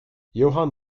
johann